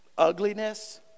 ugliness